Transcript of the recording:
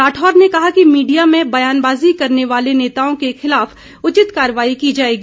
राठौर ने कहा कि मीडिया में बयानबाज़ी करने वाले नेताओं के खिलाफ उचित कार्रवाई की जाएगी